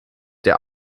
der